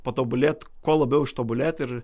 patobulėt kuo labiau ištobulėt ir